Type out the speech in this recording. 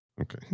Okay